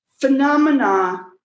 Phenomena